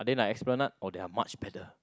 are they like Esplanade or they are much better